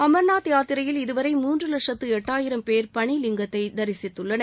அமர்நாத் யாத்திரையில் இதுவரை மூன்று வட்சத்து எட்டாயிரம் பேர் பனிலிங்கத்தை தரிசித்துள்ளனர்